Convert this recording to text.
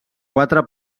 quatre